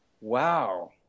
Wow